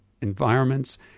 environments